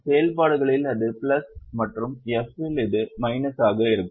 செயல்பாடுகளில் அது பிளஸ் மற்றும் F இல் இது மைனஸாக இருக்கும்